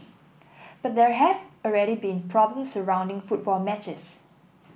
but there have already been problems surrounding football matches